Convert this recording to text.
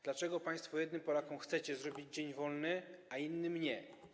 Dlaczego państwo jednym Polakom chcecie zrobić dzień wolny, a innym nie?